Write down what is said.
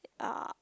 uh